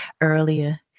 earlier